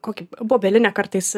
kokį bobelinę kartais